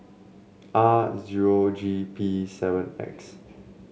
R zero G P seven X